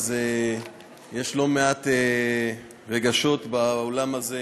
אז יש לא מעט רגשות באולם הזה,